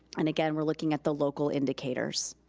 and again, we're looking at the local indicators.